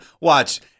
watch